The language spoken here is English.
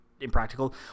impractical